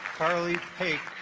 harley hey